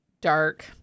dark